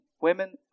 women